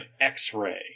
x-ray